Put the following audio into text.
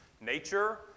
nature